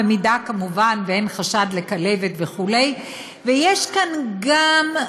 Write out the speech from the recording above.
אם כמובן אין חשד לכלבת וכו' ויש כאן גם,